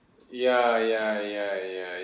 ya ya ya ya